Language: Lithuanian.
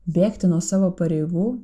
bėgti nuo savo pareigų